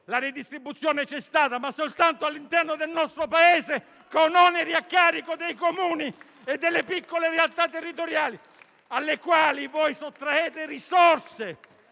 la redistribuzione c'è stata, ma soltanto all'interno del nostro Paese, con oneri a carico dei Comuni e delle piccole realtà territoriali, alle quali sottraete risorse